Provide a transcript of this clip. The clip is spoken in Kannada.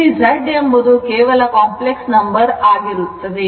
ಇಲ್ಲಿ Z ಎಂಬುದು ಕೇವಲ ಕಾಂಪ್ಲೆಕ್ಸ್ ನಂಬರ್ ಆಗಿರುತ್ತದೆ